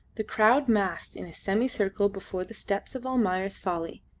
the crowd massed in a semicircle before the steps of almayer's folly,